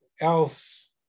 else